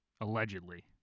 Allegedly